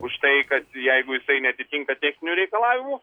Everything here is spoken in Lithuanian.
už tai kad jeigu jisai neatitinka techninių reikalavimų